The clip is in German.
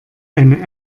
eine